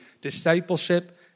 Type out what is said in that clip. Discipleship